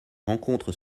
rencontre